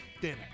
dinner